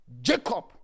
Jacob